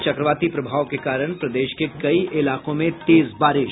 और चक्रवाती प्रभाव के कारण प्रदेश के कई इलाको में तेज बारिश